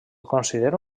considera